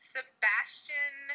Sebastian